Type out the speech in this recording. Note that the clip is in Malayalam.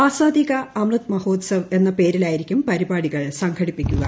ആസാദി കാ അമൃത് മഹോത്സവ് എന്ന പേരിലായിരിക്കും പരിപാടികൾ സംഘടിപ്പിക്കുക